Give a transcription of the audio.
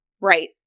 Right